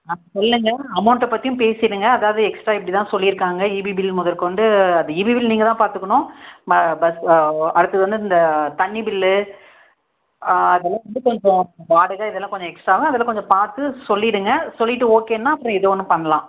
இல்லைங்க அமௌண்ட்டை பற்றியும் பேசிடுங்க அதாவது எக்ஸ்ட்ரா இப்படி தான் சொல்லியிருக்காங்க ஈபி பில்லு முதற்கொண்டு அது ஈபி பில் நீங்கள் தான் பார்த்துக்கணும் ம ப்ளஸ் அடுத்தது வந்து இந்த தண்ணி பில்லு அதெல்லாம் வந்து கொஞ்சம் வாடகை இதெல்லாம் கொஞ்சம் எக்ஸ்ட்ராவாக அதெல்லாம் கொஞ்சம் பார்த்து சொல்லிவிடுங்க சொல்லிவிட்டு ஓகேன்னா அப்புறம் ஏதோ ஒன்று பண்ணலாம்